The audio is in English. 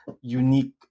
unique